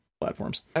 platforms